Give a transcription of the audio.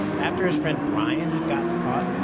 after his friend bryan had gotten caught,